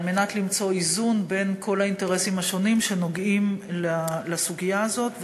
כדי למצוא איזון בין כל האינטרסים בסוגיה הזאת,